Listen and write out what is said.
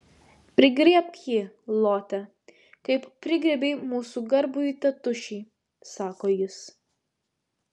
prigriebk jį lote kaip prigriebei mūsų garbųjį tėtušį sako jis